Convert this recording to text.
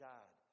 God